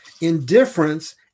indifference